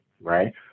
Right